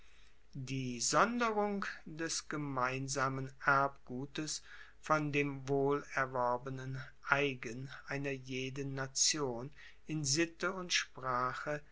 die sonderung des gemeinsamen erbgutes von dem wohlerworbenen eigen einer jeden nation in sitte und sprache